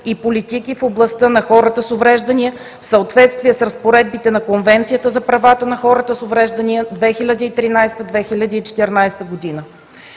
и политики в областта на хората с увреждания, в съответствие с разпоредбите на Конвенцията за правата на хората с увреждания 2013 – 2014 г.